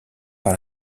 par